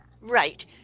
Right